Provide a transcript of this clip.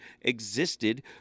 existed